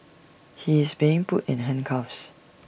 he is being put in handcuffs